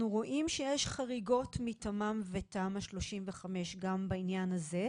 אנחנו רואים שיש חריגות מתמ"מ ותמ"א 35 גם בעניין הזה,